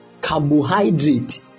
carbohydrate